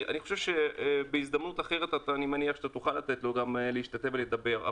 אני חושב שבהזדמנות אחרת אני מניח שגם תוכל לתת לו להשתתף ולדבר.